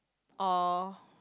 or